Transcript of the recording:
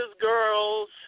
Girls